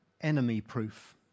enemy-proof